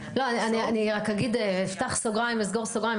לא, אני רק אגיד, אפתח ואסגור סוגריים.